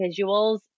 visuals